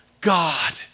God